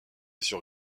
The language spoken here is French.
sur